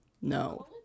No